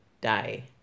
die